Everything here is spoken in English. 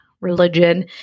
religion